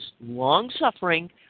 long-suffering